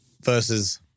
versus